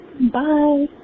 Bye